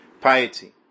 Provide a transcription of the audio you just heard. piety